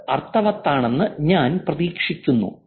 അത് അർത്ഥവത്താണെന്ന് ഞാൻ പ്രതീക്ഷിക്കുന്നു